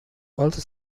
also